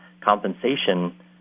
compensation